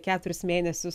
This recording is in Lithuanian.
keturis mėnesius